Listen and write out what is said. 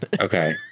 okay